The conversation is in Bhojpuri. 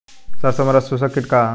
सरसो में रस चुसक किट का ह?